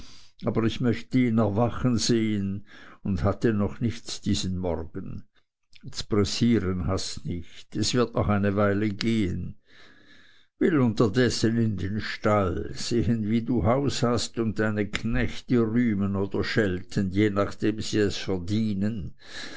aber ich möchte ihn erwachen sehen und hatte noch nichts diesen morgen z'pressieren hast nicht es wird noch eine weile gehen will unterdessen in den stall sehen wie du haushast und deine knechte rühmen oder schelten je nachdem sie es verdienen